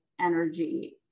energy